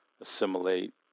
assimilate